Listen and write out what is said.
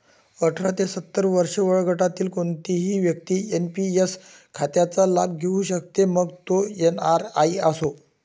अठरा ते सत्तर वर्षे वयोगटातील कोणतीही व्यक्ती एन.पी.एस खात्याचा लाभ घेऊ शकते, मग तो एन.आर.आई असो